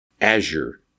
Azure